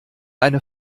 eine